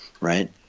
right